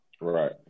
Right